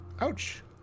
Ouch